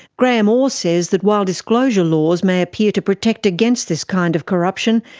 graeme orr says that while disclosure laws may appear to protect against this kind of corruption,